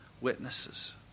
witnesses